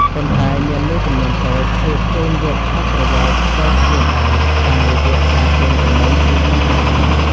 ប៉ុន្តែមានមួយចំនួនតូច ឆ្លៀតកេងយកផលប្រយោជន៍ផ្ទាល់ខ្លួនដែរ តាមរយះការកេងចំណេញពីវត្តអារាម។